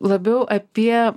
labiau apie